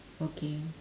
okay